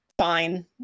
fine